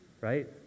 right